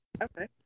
Okay